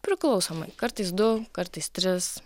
priklausomai kartais du kartais tris